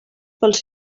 pels